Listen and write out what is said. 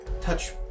touch